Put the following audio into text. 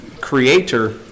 creator